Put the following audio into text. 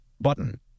button